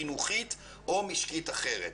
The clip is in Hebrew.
חינוכית או משקית אחרת)".